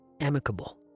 Amicable